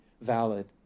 valid